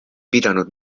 pidanud